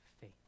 faith